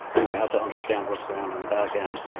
and you have to understand what's going on on the backend.